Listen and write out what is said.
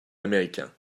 américains